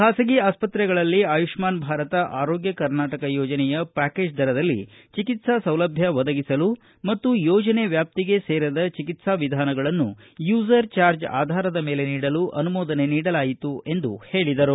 ಖಾಸಗಿ ಆಸ್ಪತ್ರೆಗಳಲ್ಲಿ ಆಯುಷ್ಮಾನ್ ಭಾರತ್ ಆರೋಗ್ಯ ಕರ್ನಾಟಕ ಯೋಜನೆಯ ಪ್ಮಾಕೇಜ್ ದರದಲ್ಲಿ ಚಿಕಿತ್ಸಾ ಸೌಲಭ್ಯ ಒದಗಿಸಲು ಮತ್ತು ಯೋಜನೆ ವ್ಯಾಪ್ತಿಗೆ ಸೇರದ ಚಿಕಿತ್ಸಾ ವಿಧಾನಗಳನ್ನು ಯೂಸರ್ ಚಾರ್ಜ್ ಆಧಾರದ ಮೇಲೆ ಚಿಕಿತ್ಸ ನೀಡಲು ಅನುಮೋದನೆ ನೀಡಲಾಯಿತು ಎಂದು ಹೇಳಿದರು